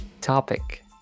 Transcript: topic